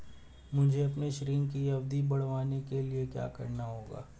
मुझे अपने ऋण की अवधि बढ़वाने के लिए क्या करना होगा?